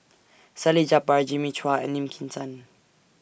Salleh Japar Jimmy Chua and Lim Kim San